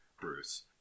Bruce